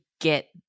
get